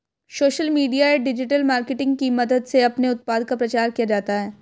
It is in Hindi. सोशल मीडिया या डिजिटल मार्केटिंग की मदद से अपने उत्पाद का प्रचार किया जाता है